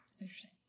Interesting